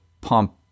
pump